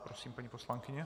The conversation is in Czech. Prosím, paní poslankyně.